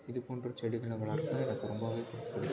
இதுப்போன்ற செடிகளை வளர்க்க எனக்கு ரொம்பவே பிடிச்சிருக்கு